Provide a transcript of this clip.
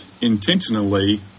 intentionally